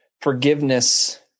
forgiveness